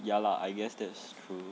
ya lah I guess that's true